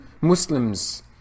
Muslims